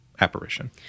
apparition